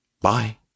Bye